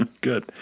Good